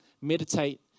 Meditate